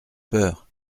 peur